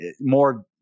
more